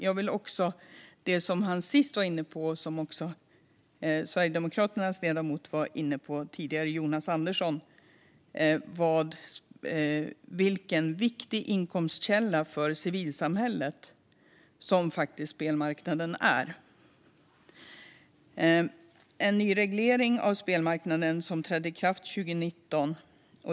Han och Sverigedemokraternas ledamot Jonas Andersson var också inne på vilken viktig inkomstkälla för civilsamhället som spelmarknaden är. En ny reglering av spelmarknaden trädde i kraft 2019.